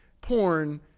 porn